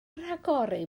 rhagori